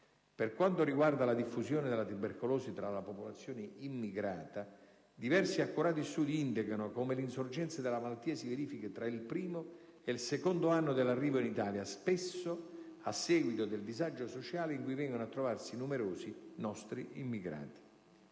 Per quanto riguarda la diffusione della tubercolosi tra la popolazione immigrata, diversi accurati studi indicano come l'insorgenza della malattia si verifichi tra il primo e il secondo anno dell'arrivo in Italia, spesso a seguito del disagio sociale in cui vengono a trovarsi numerosi nostri immigrati.